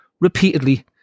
repeatedly